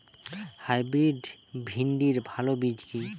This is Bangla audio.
হাইব্রিড ভিন্ডির ভালো বীজ কি?